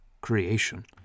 creation